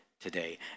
today